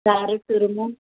carrot తురుము